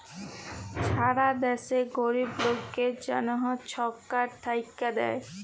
ছারা দ্যাশে গরিব লকদের জ্যনহ ছরকার থ্যাইকে দ্যায়